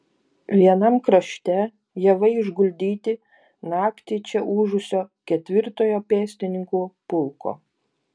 vienam krašte javai išguldyti naktį čia ūžusio ketvirtojo pėstininkų pulko